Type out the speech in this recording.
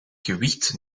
gewicht